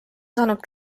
saanud